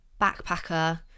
backpacker